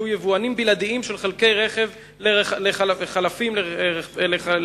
יהיו יבואנים בלעדיים של חלקי רכב לחלפים לרכבים.